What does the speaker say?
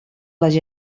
les